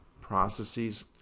processes